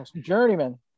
journeyman